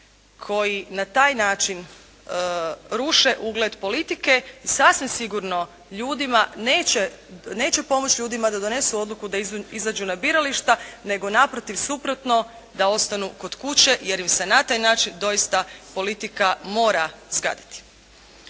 koji na taj način ruše ugled politike. I sasvim sigurno ljudima neće pomoći da donesu odluku i da izađu na birališta, nego naprotiv suprotno da ostanu kod kuće jer im se na taj način politika doista mora zgaditi.